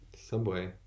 subway